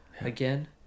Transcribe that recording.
again